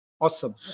Awesome